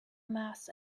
mass